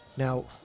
Now